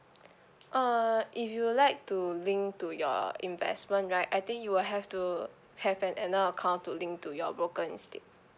uh if you would like to link to your investment right I think you'll have to have an another account to link to your broker instead